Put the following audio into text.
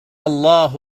الله